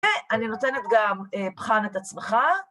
ואני נותנת גם בחן את עצמך.